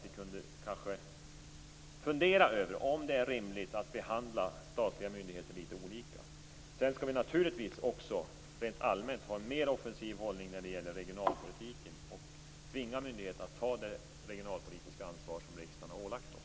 Ni kunde kanske fundera över om det är rimligt att behandla statliga myndigheter litet olika. Sedan skall vi naturligtvis också ha en mer offensiv hållning rent allmänt när det gäller regionalpolitiken och tvinga myndigheterna att ta det regionalpolitiska ansvar som riksdagen har ålagt dem.